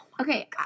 Okay